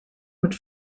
mit